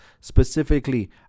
specifically